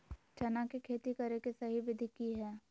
चना के खेती करे के सही विधि की हय?